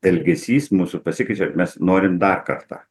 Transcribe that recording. elgesys mūsų pasikeičia mes norim dar kartą